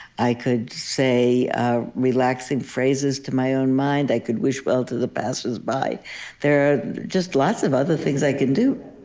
i could say ah relaxing phrases to my own mind. i could wish well to the passersby. there are just lots of other things i can do